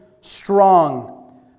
strong